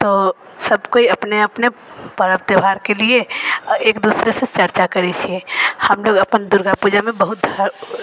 तऽ सबकोइ अपने अपने पर्व त्योहारके लिए एक दोसरासँ चर्चा करै छिए हमलोक अपन दुर्गापूजामे बहुत